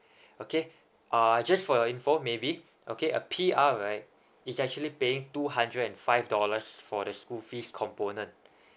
okay uh just for your info maybe okay a P_R right is actually paying two hundred and five dollars for the school fees component